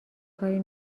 کاری